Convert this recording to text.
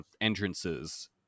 entrances